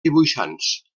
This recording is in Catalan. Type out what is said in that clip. dibuixants